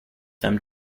them